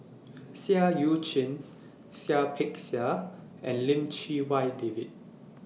Seah EU Chin Seah Peck Seah and Lim Chee Wai David